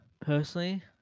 personally